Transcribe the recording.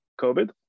COVID